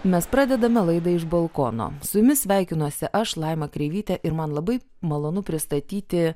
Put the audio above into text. mes pradedame laidą iš balkono su jumis sveikinuosi aš laima kreivytė ir man labai malonu pristatyti